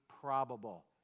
probable